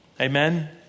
Amen